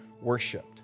worshipped